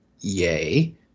Yay